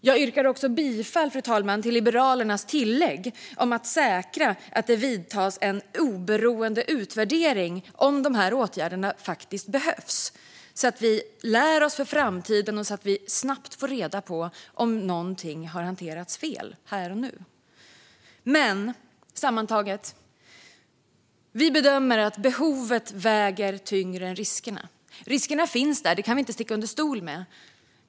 Jag yrkar också bifall till Liberalernas reservation 3 om att säkra att det vidtas en oberoende utvärdering om de här åtgärderna faktiskt behövs så att vi lär oss för framtiden och så att vi snabbt får reda på om någonting har hanterats fel här och nu. Sammantaget bedömer vi att behovet väger tyngre än riskerna. Riskerna finns där; det kan vi inte sticka under stol med.